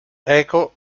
eco